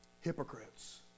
Hypocrites